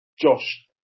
Josh